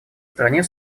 стране